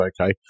okay